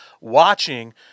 watching